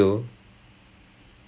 uh ya he did he did